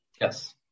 yes